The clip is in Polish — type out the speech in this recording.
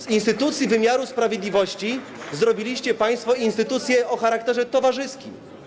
Z instytucji wymiaru sprawiedliwości zrobiliście państwo instytucję o charakterze towarzyskim.